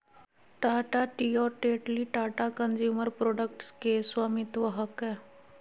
Tata Tea और Tetley Tata Consumer Products के स्वामित्व हकय